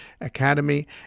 Academy